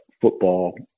football